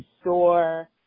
store